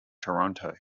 toronto